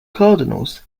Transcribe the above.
cardinals